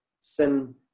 sin